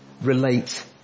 relate